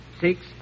six